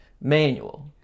manual